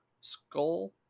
skull